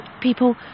people